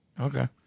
Okay